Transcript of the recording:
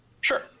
Sure